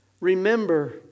remember